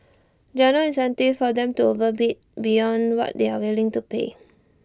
there're no incentives for them to overbid beyond what they are willing to pay